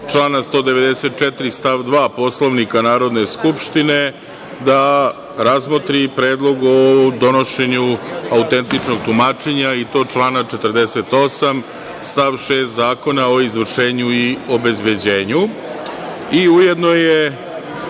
člana 194. stav 2. Poslovnika Narodne skupštine, da razmotri predlog o donošenju autentičnog tumačenja, i to član 48. stav 6. Zakona o izvršenju i obezbeđenju. Ujedno je,